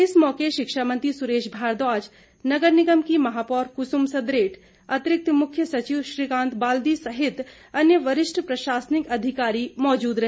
इस मौके शिक्षा मंत्री सुरेश भारद्वाज नगर निगम की महापौर कुसुम सदरेट अतिरिक्त मुख्य सचिव श्रीकांत बाल्दी सहित अन्य वरिष्ठ प्रशाासनिक अधिकारी मौजूद रहे